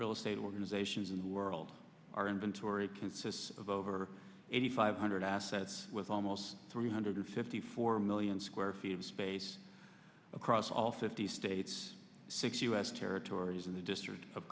real estate organizations in the world our inventory consists of over eighty five hundred assets with almost three hundred fifty four million square feet of space across all fifty states six u s territories and the district of